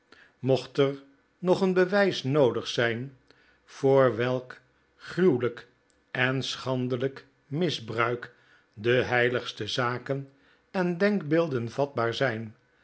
mocht er nog een bewijs noodig zijn voor welk gruwelijk en schandelijk misbruik de heiligste zaken en denkbeelden vatbaar zijn